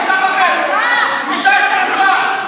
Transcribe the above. בושה וחרפה.